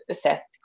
set